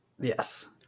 Yes